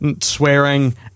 swearing